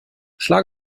schlage